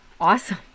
Awesome